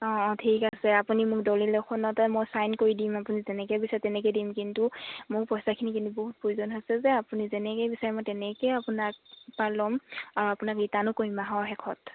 অঁ অঁ ঠিক আছে আপুনি মোক দলিল এখনতে মই ছাইন কৰি দিম আপুনি যেনেকে বিচাৰে তেনেকে দিম কিন্তু মোৰ পইচাখিনি কিন্তু বহুত প্ৰয়োজন হৈছে যে আপুনি যেনেকে বিচাৰে মই তেনেকে আপোনাৰ পা ল'ম আৰু আপোনাক ৰিটাৰ্ণো কৰিম মাহৰ শেষত